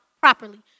properly